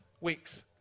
weeks